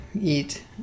eat